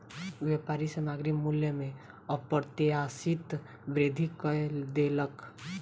व्यापारी सामग्री मूल्य में अप्रत्याशित वृद्धि कय देलक